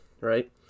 right